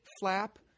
flap